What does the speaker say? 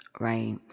right